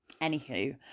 Anywho